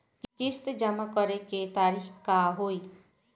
किस्त जमा करे के तारीख का होई?